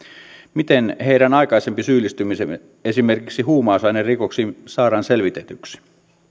miten heidän aikaisempi syyllistymisensä esimerkiksi huumausainerikoksiin saadaan selvitetyksi